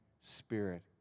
spirit